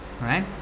Right